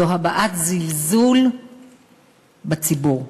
זו הבעת זלזול בציבור.